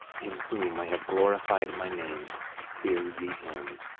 in whom i have glorified my name hear ye him.